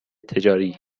تجاری